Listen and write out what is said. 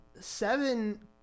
Seven